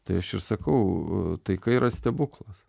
tai aš ir sakau taika yra stebuklas